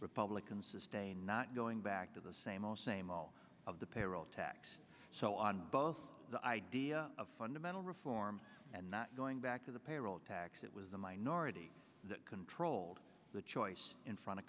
sustain not going back to the same ole same all of the payroll tax so on both the idea of fundamental reform and not going back to the payroll tax it was the minority that controlled the choice in front of